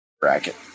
bracket